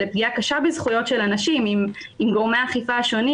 לפגיעה קשה בזכויות של אנשים אם גורמי האכיפה השונים